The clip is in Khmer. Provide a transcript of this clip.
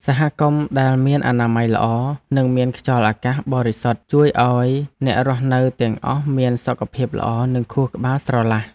សហគមន៍ដែលមានអនាម័យល្អនិងមានខ្យល់អាកាសបរិសុទ្ធជួយឱ្យអ្នករស់នៅទាំងអស់មានសុខភាពល្អនិងខួរក្បាលស្រឡះ។